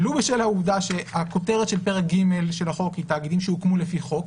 לו בשל העובדה שהכותרת של פרק ג' של החוק היא תאגידים שהוקמו לפי חוק,